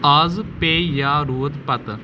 اَز پیٚیا رود پتہٕ